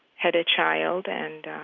had a child and